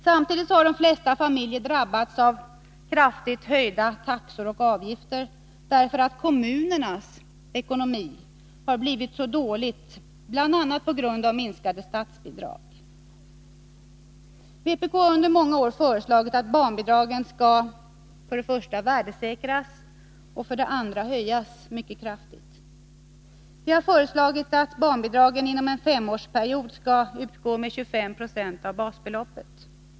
Samtidigt har de flesta familjer drabbats av kraftigt höjda taxor och avgifter, därför att kommunernas ekonomi blivit så dålig, bl.a. på grund av minskade statsbidrag. Vpk har under många år föreslagit att barnbidragen skall för det första värdesäkras och för det andra kraftigt höjas. Vi har föreslagit att barnbidragen inom en femårsperiod skall utgå med 25 96 av basbeloppet.